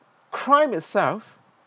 crime itself